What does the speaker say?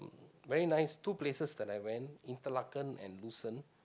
very nice two places that I went Interlaken and Lausanne